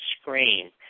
screen